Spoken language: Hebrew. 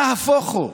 נהפוך הוא,